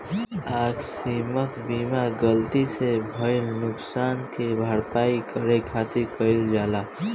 आकस्मिक बीमा गलती से भईल नुकशान के भरपाई करे खातिर कईल जाला